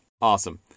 Awesome